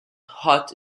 hot